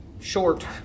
short